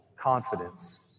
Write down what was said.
Confidence